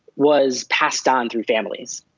was passed on through families.